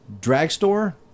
Dragstore